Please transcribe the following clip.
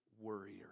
worrier